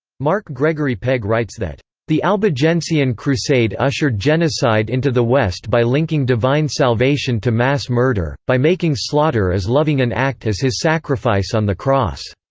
mark gregory pegg writes that the albigensian crusade ushered genocide into the west by linking divine salvation to mass murder, by making slaughter as loving an act as his sacrifice on the cross.